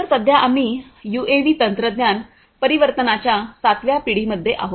तर सध्या आम्ही यूएव्ही तंत्रज्ञान परिवर्तनाच्या सातव्या पिढीमध्ये आहोत